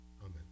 Amen